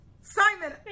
Simon